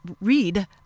read